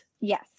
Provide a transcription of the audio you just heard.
Yes